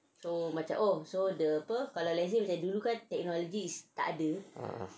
(uh huh)